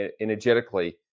energetically